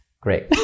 Great